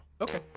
Okay